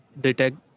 detect